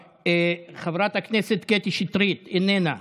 חברת הכנסת קטי שטרית, איננה,